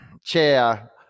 chair